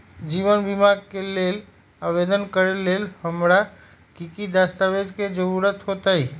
जीवन बीमा के लेल आवेदन करे लेल हमरा की की दस्तावेज के जरूरत होतई?